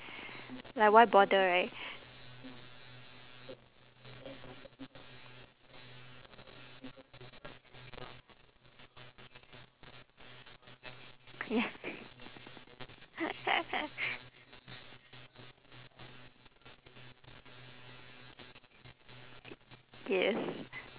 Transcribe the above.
like why bother right